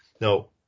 now